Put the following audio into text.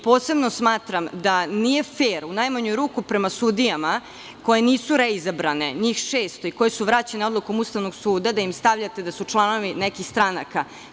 Posebno smatram da nije fer, u najmanju ruku prema sudijama koje nisu reizabrane, njih šest i koje su vraćene Odlukom Ustavnog suda da im stavljate da su članovi nekih stranaka.